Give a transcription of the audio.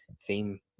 theme